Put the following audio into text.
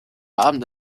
abend